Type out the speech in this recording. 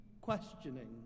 questioning